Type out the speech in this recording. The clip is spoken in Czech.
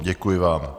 Děkuji vám.